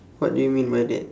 what do you mean by that